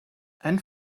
and